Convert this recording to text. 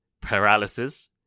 paralysis